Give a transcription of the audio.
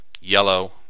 yellow